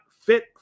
fit